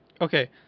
Okay